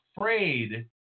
afraid